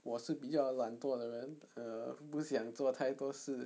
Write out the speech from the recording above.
我是比较懒惰的人 err 不想做太多事